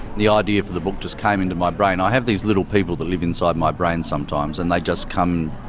the idea for the book just came into my brain. i have these little people that live inside my brain sometimes. and they just come,